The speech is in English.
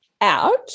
out